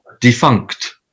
defunct